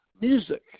music